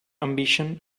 ambition